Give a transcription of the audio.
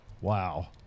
Wow